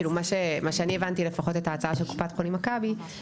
מה שאני הבנתי לפחות את ההצעה של קופת חולים "מכבי",